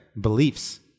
beliefs